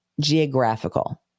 geographical